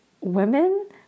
women